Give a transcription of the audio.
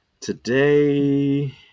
Today